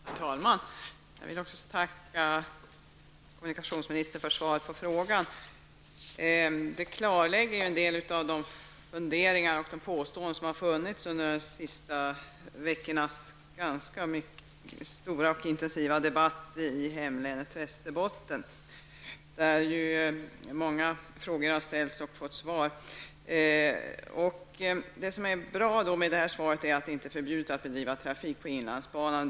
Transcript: Herr talman! Jag vill tacka kommunikationsministern för svaret på frågan. Det klarlägger en del av de funderingar och påståenden som funnits under de senaste veckornas ganska intensiva debatt i hemlänet ett Västerbotten. Många frågor har ställts och besvarats. Det som är bra med svaret är att det innebär att det inte är förbjudet att bedriva trafik på inlandsbanan.